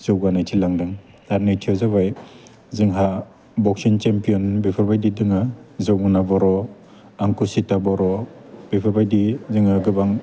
जौगानायथिं लादों आरो नैथिया जाबाय जोंहा बक्सिं चेम्पियन बेफोरबायदि दङ जमुना बर' अंकुसिता बर' बेफोरबायदि जोङो गोबां